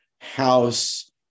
house